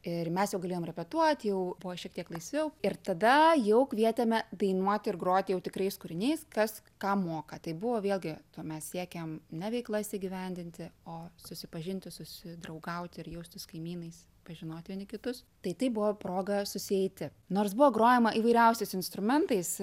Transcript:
ir mes jau galėjom repetuot jau buvo šiek tiek laisviau ir tada jau kvietėme dainuoti ir groti jau tikrais kūriniais kas ką moka tai buvo vėlgi tuomet siekėm ne veiklas įgyvendinti o susipažinti susidraugauti ir jaustis kaimynais pažinot vieni kitus tai tai buvo proga susieiti nors buvo grojama įvairiausiais instrumentais